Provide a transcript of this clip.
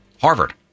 Harvard